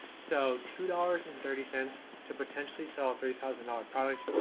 so two dollars and thirty cents to potentially sell thirty thousand dollars products.